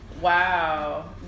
wow